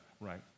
right